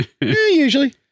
Usually